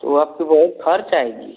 तो आपको बहुत ख़र्च आएगा